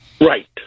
Right